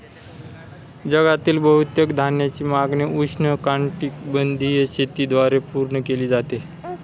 जगातील बहुतेक धान्याची मागणी उष्णकटिबंधीय शेतीद्वारे पूर्ण केली जाते